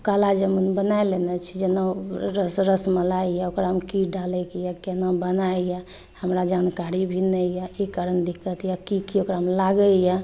काला जामुन बनाए लेने छी जेना रसमलाइ यऽ ओकरा मे की डालै के यऽ केना बनाइ यऽ हमरा जानकारी भी नहि यऽ ई कारण दिक्कत यऽ की की ओकरा मे लागैया